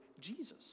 Jesus